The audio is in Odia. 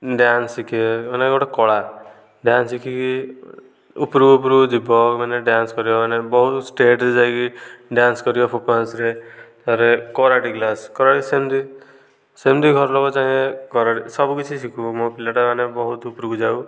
ଡାନ୍ସ ଶିଖିବେ ମାନେ ଗୋଟିଏ କଳା ଡାନ୍ସ ଶିଖିକି ଉପୁରକୁ ଉପୁରକୁ ଯିବ ମାନେ ଡାନ୍ସ କରିବ ମାନେ ବହୁତ ସ୍ଟେଟରେ ଯାଇକି ଡାନ୍ସ କରିବ ପ୍ରଫମାନ୍ସରେ ତାପରେ କରାଟେ କ୍ଲାସ କରାଟେ ସେମିତି ସେମିତି ଘରଲୋକ ଚାହିଁଲେ କରାଟେ ସବୁକିଛି ଶିଖୁ ମୋ ପିଲାଟା ମାନେ ବହୁତ ଉପରକୁ ଯାଉ